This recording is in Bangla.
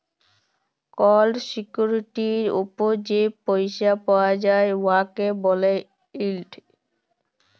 কল সিকিউরিটির উপর যে পইসা পাউয়া যায় উয়াকে ব্যলে ইল্ড